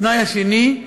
התנאי השני: